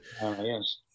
yes